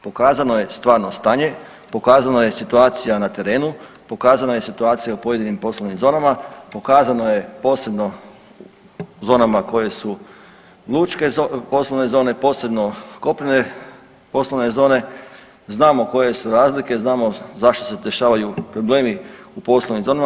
Pokazano je stvarno stanje, pokazano je situacija na terenu, pokazana je situacija u pojedinim poslovnim zonama, pokazano je posebno zonama koje su lučke poslovne zone, posebno kopnene poslovne zone, znamo koje su razlike, znamo zašto se dešavaju problemi u poslovnim zonama.